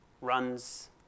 runs